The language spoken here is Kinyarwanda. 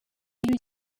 iyo